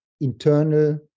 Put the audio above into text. internal